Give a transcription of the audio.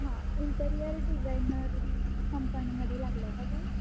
हां interior designer कंपनीमध्ये लागला का कॉल